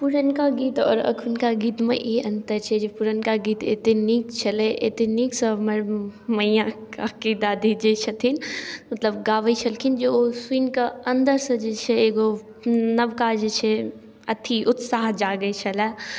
पुरनका गीत आओर एखनका गीतमे ई अन्तर छै जे पुरनका गीत एतेक नीक छलै एतेक नीकसँ हमर मइआ काकी दादी जे छथिन मतलब गाबै छलखिन जे ओ सुनिकऽ अन्दरसँ जे छै एगो नवका जे छै अथी उत्साह जागै छलै